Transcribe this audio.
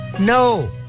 No